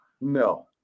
no